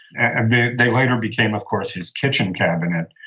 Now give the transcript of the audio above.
and they they later became, of course, his kitchen cabinet,